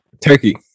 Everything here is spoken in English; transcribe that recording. Turkey